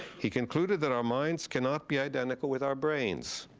he concluded that our minds cannot be identical with our brains,